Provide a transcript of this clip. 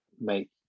make